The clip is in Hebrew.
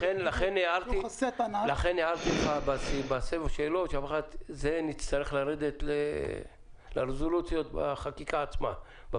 לכן הערתי לך בסבב השאלות שנצטרך לרדת לרזולוציות בחקיקה עצמה.